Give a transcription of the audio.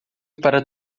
para